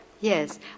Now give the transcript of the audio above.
Yes